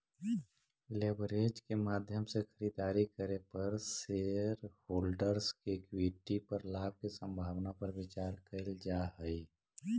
leverage के माध्यम से खरीदारी करे पर शेरहोल्डर्स के इक्विटी पर लाभ के संभावना पर विचार कईल जा हई